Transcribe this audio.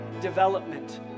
development